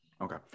Okay